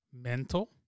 mental